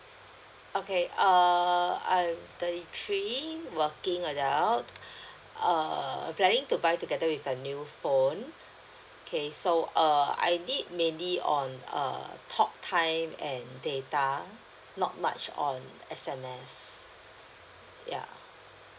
okay err I'm thirty three working adult err planning to buy together with a new phone okay so err I need mainly on uh talk time and data not much on S_M_S yeah